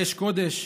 האש קודש,